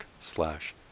slash